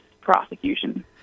prosecution